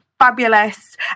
fabulous